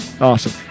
awesome